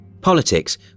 politics